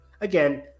again